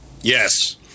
Yes